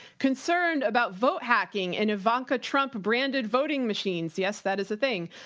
concerned about vote hacking and ivanka trump branded voting machines? yes, that is a thing.